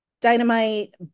dynamite